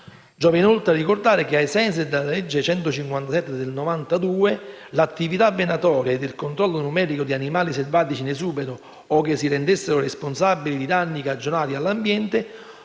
Giova inoltre ricordare che, ai sensi della legge 11 febbraio 1992, n. 157, l'attività venatoria e il controllo numerico di animali selvatici in esubero o che si rendessero responsabili di danni cagionati all'ambiente